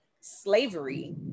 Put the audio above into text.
slavery